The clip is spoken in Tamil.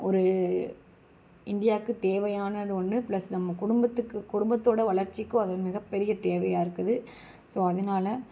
ஒரு இந்தியாவுக்கு தேவையானது ஒன்று ப்ளஸ் நம்ம குடும்பத்துக்கு குடும்பத்தோட வளர்ச்சிக்கும் அது மிகப்பெரிய தேவையாக இருக்குது ஸோ அதனால